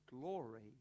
glory